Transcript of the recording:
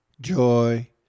joy